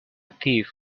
thief